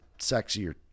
sexier